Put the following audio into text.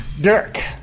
Dirk